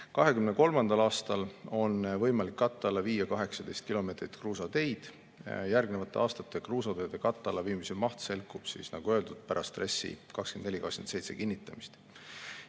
2023. aastal on võimalik katte alla viia 18 kilomeetrit kruusateid. Järgnevate aastate kruusateede katte alla viimise maht selgub, nagu öeldud, pärast RES‑i 2024–2027 kinnitamist.